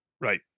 Right